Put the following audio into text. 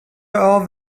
all